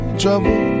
trouble